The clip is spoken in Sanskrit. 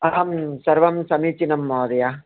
अहं सर्वं समीचीनं महोदय